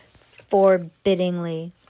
forbiddingly